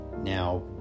Now